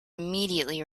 immediately